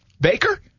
Baker